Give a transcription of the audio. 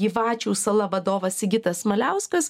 gyvačių sala vadovas sigitas maliauskas